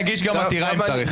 נגיש גם עתירה אם צריך.